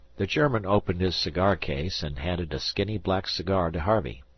the german opened his cigar-case and handed a skinny black cigar to harvey.